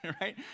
Right